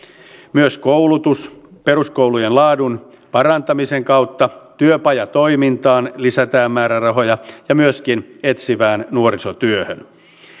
myös koulutus peruskoulujen laadun parantamisen kautta työpajatoimintaan lisätään määrärahoja ja myöskin etsivään nuorisotyöhön